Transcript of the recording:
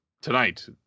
tonight